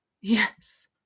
Yes